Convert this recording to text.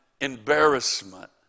embarrassment